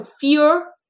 fear